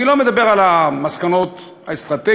אני לא מדבר על המסקנות האסטרטגיות,